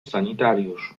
sanitariusz